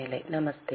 நமஸ்தே